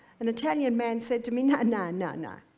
an italian man said to me, nah, nah, nah, nah.